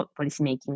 policymaking